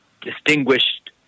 distinguished